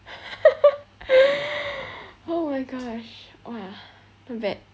oh my gosh !wah! damn bad